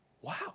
Wow